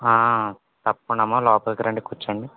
ఆ ఆ తప్పకుండా అమ్మ లోపలికి రండి కుర్చోండి